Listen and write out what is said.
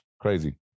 Crazy